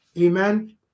Amen